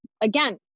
again